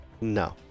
No